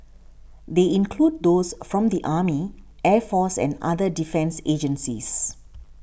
they include those from the army air force and other defence agencies